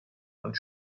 und